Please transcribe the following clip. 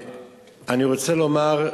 אומרים כבר, אני רוצה לומר,